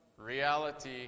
reality